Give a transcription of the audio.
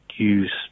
use